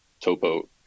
topo